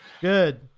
Good